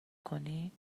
کنی